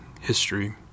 history